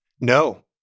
No